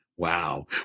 Wow